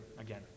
again